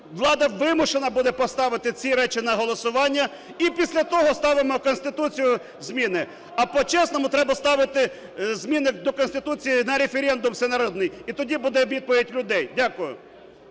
влада вимушена буде поставити ці речі на голосування, і після того ставимо в Конституцію зміни. А по-чесному треба ставити зміни до Конституції на референдум всенародний, і тоді буде відповідь людей. Дякую.